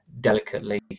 delicately